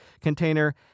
container